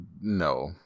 No